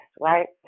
right